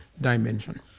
dimension